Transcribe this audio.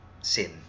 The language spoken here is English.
sin